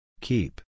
Keep